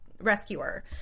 rescuer